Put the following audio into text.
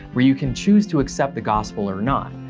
where you can choose to accept the gospel or not,